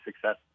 success